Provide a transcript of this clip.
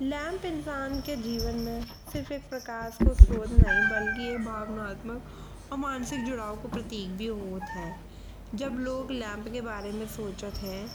लैंप इंसान के जीवन में सिर्फ़ एक प्रकाश का स्रोत नहीं बल्कि एक भावनात्मक और मानसिक जुड़ाव का प्रतीक भी होता है। जब लोग लैंप के बारे में सोचते हैं